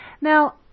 Now